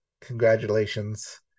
Congratulations